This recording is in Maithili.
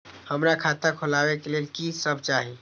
हमरा खाता खोलावे के लेल की सब चाही?